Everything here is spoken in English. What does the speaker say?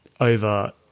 over